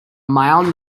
mile